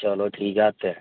چلو ٹھیک ہے آتے ہیں